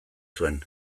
zuen